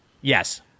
Yes